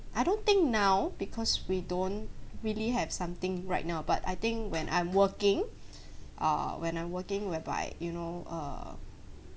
I don't think now because we don't really have something right now but I think when I'm working uh when I'm working whereby you know err